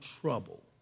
trouble